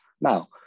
now